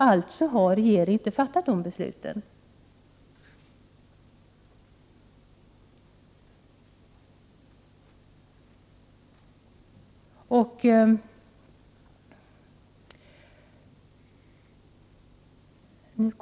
Alltså har regeringen inte gjort det.